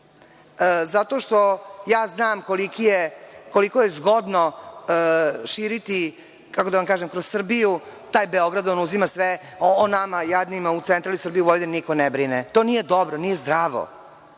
Zato što ja znam koliko je zgodno širiti, kako da vam kažem, kroz Srbiju taj Beograd, on uzima sve, a o nama jadnima u Centralnoj Srbiji, u Vojvodini niko ne brine. To nije dobro, nije zdravo